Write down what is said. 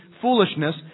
foolishness